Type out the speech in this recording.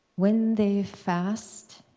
when they fast,